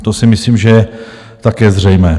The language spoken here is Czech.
To si myslím, že je také zřejmé.